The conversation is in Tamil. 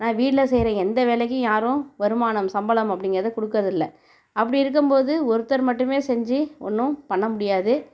ஆனால் வீட்டில் செய்கிற எந்த வேலைக்கும் யாரும் வருமானம் சம்பளம் அப்படிங்கறத கொடுக்கறதில்ல அப்படி இருக்கும்போது ஒருத்தர் மட்டுமே செஞ்சு ஒன்றும் பண்ண முடியாது